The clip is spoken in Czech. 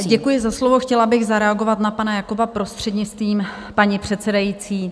Děkuji za slovo, chtěla bych zareagovat na pana Jakoba, prostřednictvím paní předsedající.